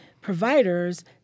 providers